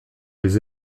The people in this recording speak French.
les